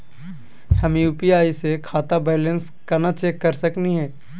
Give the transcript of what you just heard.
हम यू.पी.आई स खाता बैलेंस कना चेक कर सकनी हे?